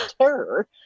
terror